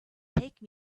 take